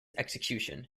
execution